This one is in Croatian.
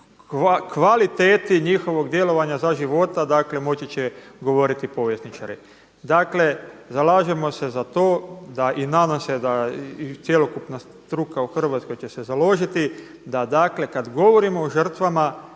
kvaliteti njihovog djelovanja za života, dakle moći će govoriti povjesničari. Dakle, zalažemo se za to i nadam se da i cjelokupna struka u Hrvatskoj će se založiti, da dakle kad govorimo o žrtvama